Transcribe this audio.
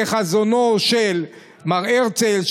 כחזונו של מר הרצל,